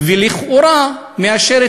ולכאורה מאשרת,